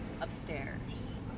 upstairs